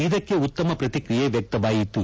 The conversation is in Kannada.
ಇದಕ್ಕೆ ಉತ್ತಮ ಪ್ರಕಿಕ್ರಿಯೆ ವ್ವಕ್ತವಾಯಿತು